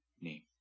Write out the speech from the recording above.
name